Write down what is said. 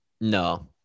No